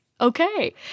okay